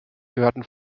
gehörten